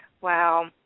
Wow